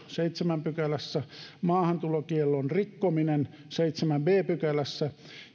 seitsemännessä pykälässä maahantulokiellon rikkominen seitsemännessä b pykälässä